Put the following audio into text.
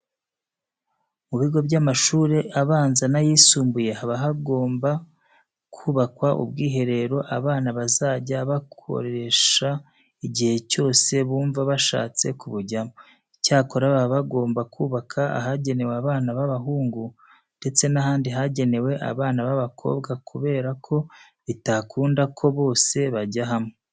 Mu bigo by'amashuri abanza n'ayisumbuye haba hagomba kubakwa ubwiherero abana bazajya bakoresho igihe cyose bumva bashatse kubujyamo. Icyakora baba bagomba kubaka ahagenewe abana b'abahungu ndetse n'ahandi hagenewe abana b'abakobwa kubera ko bitakunda ko bose bajya hamwe.